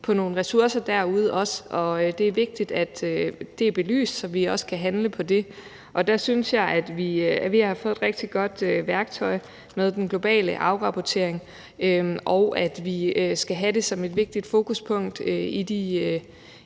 på nogle ressourcer derude, og at det er vigtigt, at det er belyst, så vi også kan handle på det. Der synes jeg, at vi har fået et rigtig godt værktøj med den globale afrapportering, og at vi skal have det som et vigtigt fokuspunkt i den